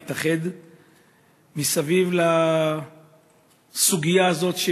להתאחד סביב הסוגיה הזאת,